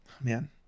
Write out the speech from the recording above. man